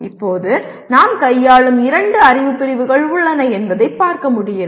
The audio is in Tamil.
இப்போது நாம் கையாளும் இரண்டு அறிவு பிரிவுகள் உள்ளன என்பதை பார்க்க முடிகிறது